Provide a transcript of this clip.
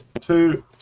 two